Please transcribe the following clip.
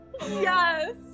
yes